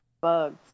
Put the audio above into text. bugs